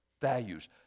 values